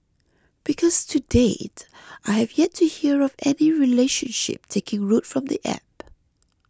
because to date I have yet to hear of any relationship taking root from the app